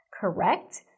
correct